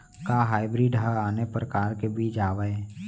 का हाइब्रिड हा आने परकार के बीज आवय?